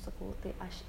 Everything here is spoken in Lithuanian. sakau tai aš